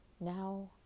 Now